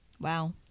Wow